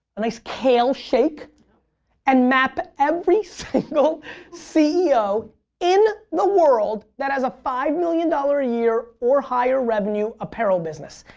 nice kale shake and map every single ceo in the world that has a five million dollars a year or higher revenue apparel business.